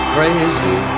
Crazy